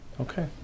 Okay